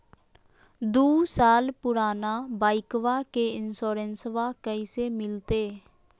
दू साल पुराना बाइकबा के इंसोरेंसबा कैसे मिलते?